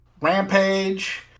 Rampage